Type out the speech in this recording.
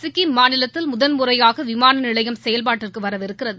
சிக்கிம் மாநிலத்தில் முதன்முறையாக விமானநிலையம் செயல்பாட்டுக்கு வரவிருக்கிறது